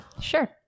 sure